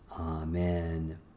Amen